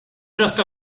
just